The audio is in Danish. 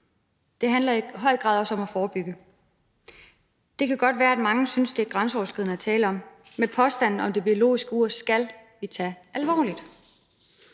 det handler i høj grad også om at forebygge. Det kan godt være, at mange synes, det er grænseoverskridende at tale om, men påstanden om det biologiske ur skal vi tage alvorligt.